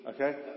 Okay